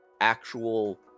actual